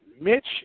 Mitch